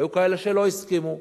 והיו כאלה שלא הסכימו.